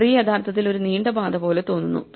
tree യഥാർത്ഥത്തിൽ ഒരു നീണ്ട പാത പോലെ തോന്നുന്നു